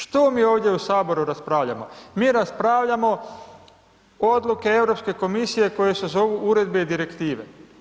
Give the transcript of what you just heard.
Što mi ovdje u saboru raspravljamo, mi raspravljamo odluke Europske komisije koje se zovu uredbe i direktive.